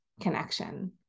connection